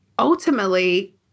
Ultimately